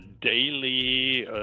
daily